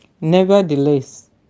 Nevertheless